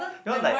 you know like